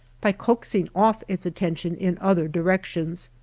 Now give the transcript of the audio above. by coaxing off its attention in other directions,